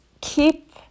keep